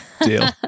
Deal